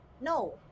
no